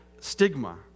stigma